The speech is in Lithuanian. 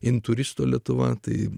iš turistų lietuva taip